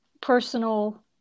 personal